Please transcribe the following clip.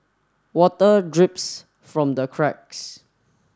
water drips from the cracks